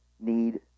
need